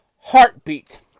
heartbeat